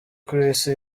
kw’isi